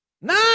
Nine